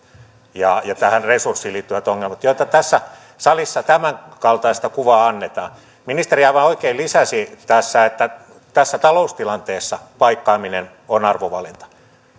ja tähän resurssiin liittyvät ongelmat joista tässä salissa tämänkaltaista kuvaa annetaan ministeri aivan oikein lisäsi tässä että tässä taloustilanteessa paikkaaminen on arvovalinta